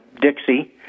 Dixie